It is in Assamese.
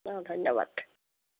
অঁ ধন্যবাদ